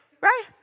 right